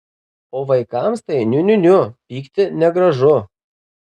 o vaikams tai niu niu niu pykti negražu